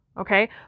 Okay